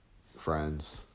friends